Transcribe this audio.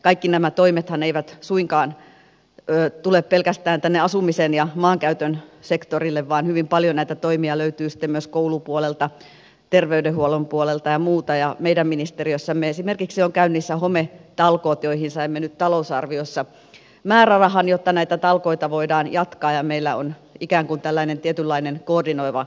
kaikki nämä toimethan eivät suinkaan tule pelkästään tänne asumisen ja maankäytön sektorille vaan hyvin paljon näitä toimia löytyy sitten myös koulupuolelta terveydenhuollon puolelta ja muuta ja meidän ministeriössämme esimerkiksi on käynnissä hometalkoot joihin saimme nyt talousarviossa määrärahan jotta näitä talkoita voidaan jatkaa ja meillä on ikään kuin tällainen tietynlainen koordinoiva rooli tämän osalta